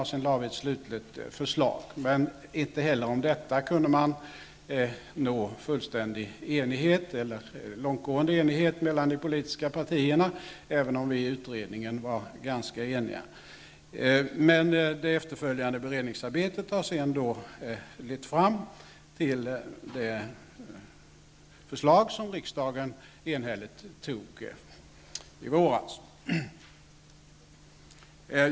Därefter lade vi ett slutligt förslag. Inte heller om detta förslag har man kunnat nå en fullständigt långtgående enighet mellan de politiska partierna, även om vi i utredningen har varit ganska eniga. Det efterföljande beredningsarbetet har lett fram till det förslag som riksdagen enhälligt antog i våras.